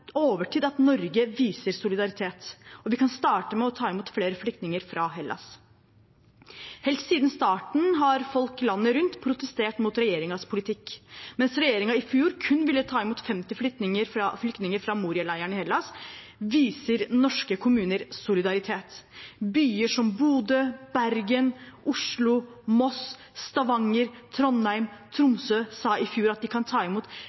overtid at Norge viser solidaritet, og vi kan starte med å ta imot flere flyktninger fra Hellas. Helt siden starten har folk landet rundt protestert mot regjeringens politikk. Mens regjeringen i fjor kun ville ta imot 50 flyktninger fra Moria-leiren i Hellas, viser norske kommuner solidaritet. Byer som Bodø, Bergen, Oslo, Moss, Stavanger, Trondheim, Tromsø sa i fjor at de kunne ta imot